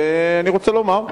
ואני רוצה לומר,